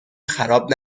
خراب